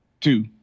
two